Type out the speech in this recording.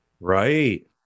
Right